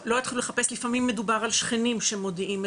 לפעמים מדובר על שכנים שמודיעים,